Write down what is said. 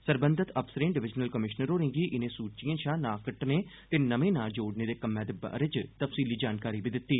सरबंधित अफसरें divisional commissioner होरें गी इनें सूचिए चा नां कट्टने ते नमें नां जोड़ने दे कम्मै दे बारै च तफसीली जानकारी बी दित्ती